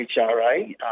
HRA